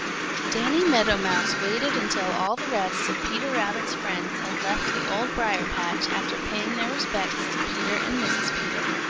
danny meadow mouse waited until all the rest of peter rabbit's friends had left the old briar-patch after paying their respects to peter and mrs. peter,